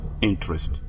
interest